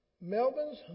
Melvin's